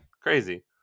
Crazy